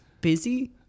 busy